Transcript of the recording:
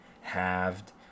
halved